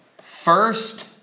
first